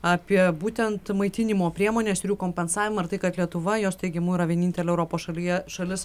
apie būtent maitinimo priemones ir jų kompensavimą ir tai kad lietuva jos teigimu yra vienintelė europos šalyje šalis